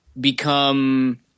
become